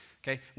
Okay